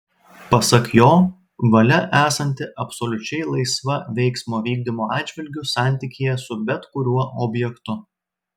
pasak jo valia esanti absoliučiai laisva veiksmo vykdymo atžvilgiu santykyje su bet kuriuo objektu